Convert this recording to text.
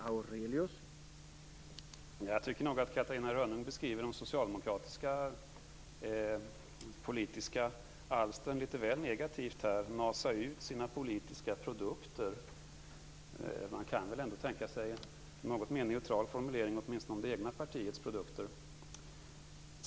Herr talman! Jag tycker nog att Catarina Rönnung beskriver de socialdemokratiska politiska alstren litet väl negativt här när hon säger att det handlar om att nasa ut sina politiska produkter. Man kan väl ändå tänka sig en något mer neutral formulering, åtminstone om det egna partiets produkter.